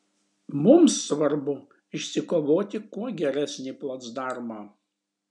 mums svarbu išsikovoti kuo geresnį placdarmą